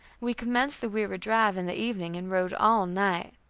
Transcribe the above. we commenced the weary drive in the evening, and rode all night.